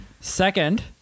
Second